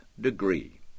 degree